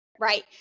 right